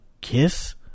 kiss